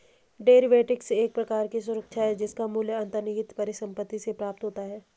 derivatives एक प्रकार की सुरक्षा है जिसका मूल्य अंतर्निहित परिसंपत्ति से प्राप्त होता है